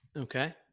Okay